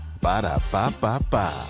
Ba-da-ba-ba-ba